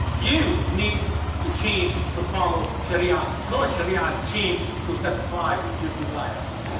you need to change to follow shariah north shariah ah change to satisfy your desires